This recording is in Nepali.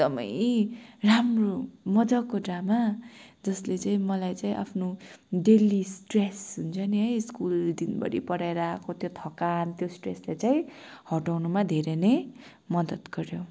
एकदम राम्रो मजाको ड्रामा जसले चाहिँ मलाई चाहिँ आफ्नो डेली स्ट्रेस हुन्छ नि है स्कुल दिनभरि पढाएर आएको त्यो थकान त्यो स्ट्रेसलाई चाहिँ हटाउनुमा धेरै नै मदत गऱ्यो